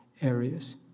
areas